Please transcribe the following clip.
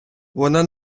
вона